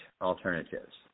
alternatives